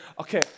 okay